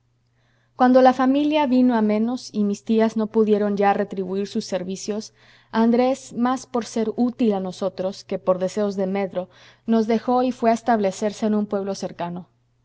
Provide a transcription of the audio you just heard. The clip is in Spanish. cuando la familia vino a menos y mis tías no pudieron ya retribuir sus servicios andrés más por ser útil a nosotros que por deseos de medro nos dejó y fué a establecerse en un pueblo cercano